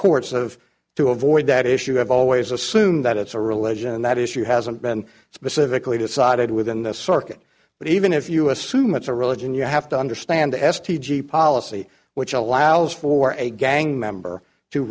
courts of to avoid that issue have always assume that it's a religion and that issue hasn't been specifically decided within the circuit but even if you assume it's a religion you have to understand the s t g policy which allows for a gang member to